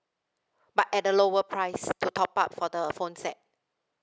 but at a lower price to top up for the phone set